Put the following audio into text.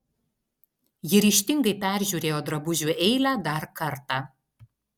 ji ryžtingai peržiūrėjo drabužių eilę dar kartą